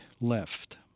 left